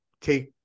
take